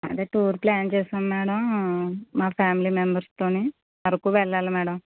అదే tour plan చేసాం madam మా ఫ్యామిలీ మెంబర్స్తో అరకు వెళ్ళాలి మేడం